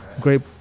great